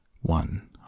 one